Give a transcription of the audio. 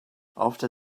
after